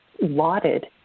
lauded